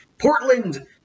Portland